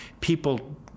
people